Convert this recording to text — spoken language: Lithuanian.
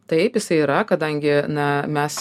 taip jisai yra kadangi na mes